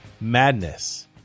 madness